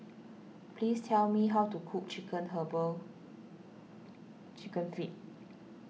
please tell me how to cook Chicken Herbal Chicken Feet